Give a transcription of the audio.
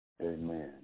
Amen